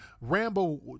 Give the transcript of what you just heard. Rambo